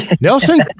Nelson